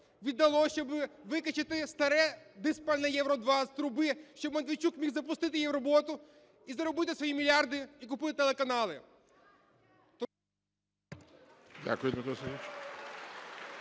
віддало, щоб викачати старе дизпаливо Євро-2 з труби, щоб Медведчук зміг запустити її в роботу і заробити свої мільярди, і закупити телеканали.